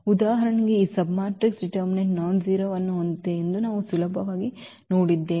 ಉದಾಹರಣೆಗೆ ಈ ಸಬ್ಮ್ಯಾಟ್ರಿಕ್ಸ್ ನಿರ್ಣಾಯಕ ನಾನ್ ಜೀರೋವನ್ನು ಹೊಂದಿದೆ ಎಂದು ನಾವು ಸುಲಭವಾಗಿ ನೋಡಿದ್ದೇವೆ